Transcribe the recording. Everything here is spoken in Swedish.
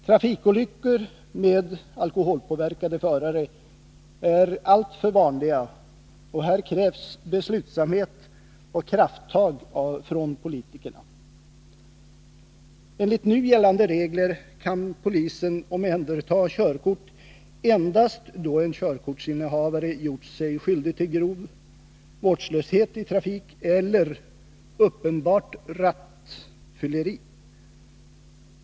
Trafikolyckor med alkoholpåverkade förare är alltför vanliga. Här krävs beslutsamhet och krafttag från politikerna. Enligt nu gällande regler kan polisen omhänderta körkort endast då en körkortsinnehavare gjort sig skyldig till grov vårdslöshet i trafiken eller uppenbart rattfylleri.